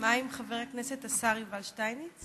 ומה עם חבר הכנסת השר יובל שטייניץ?